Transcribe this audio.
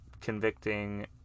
convicting